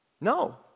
No